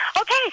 Okay